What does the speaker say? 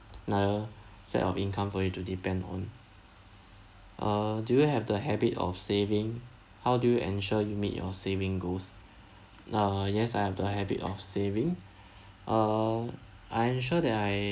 another set of income for you to depend on uh do you have the habit of saving how do you ensure you meet your saving goals uh yes I have the habit of saving uh I ensure that I